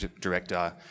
director